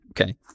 Okay